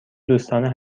دوستانه